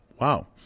Wow